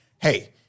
hey